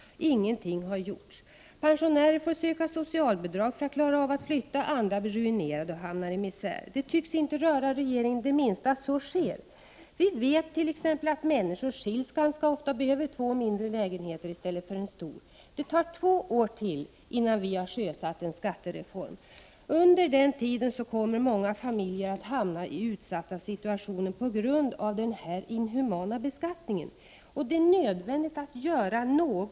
Ingenting har gjorts åt denna situation. Pensionärer får söka socialbidrag för att ha råd att flytta, andra blir ruinerade och hamnar i misär. Det tycks inte röra regeringen det minsta att så sker. Vi vet t.ex. att människor skiljs ganska ofta och behöver två mindre lägenheter i stället för en stor. Det kommer att ta två år innan en ny skattereform har sjösatts. Under den tiden kommer många familjer att hamna i utsatta situationer på grund av denna inhumana beskattning. Det är nödvändigt att något görs nu.